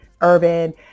urban